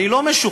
אני לא משוכנע,